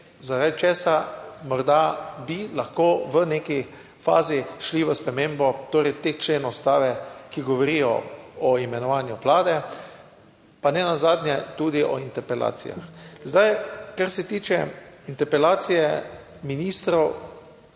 zaradi česa morda bi lahko v neki fazi šli v spremembo, torej teh členov ustave, ki govorijo o imenovanju Vlade, pa nenazadnje tudi o interpelacijah. Zdaj, kar se tiče interpelacije ministrov,